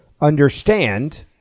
understand